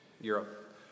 Europe